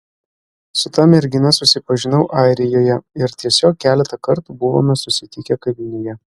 su ta mergina susipažinau airijoje ir tiesiog keletą kartų buvome susitikę kavinėje